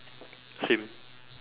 same